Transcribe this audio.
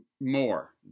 more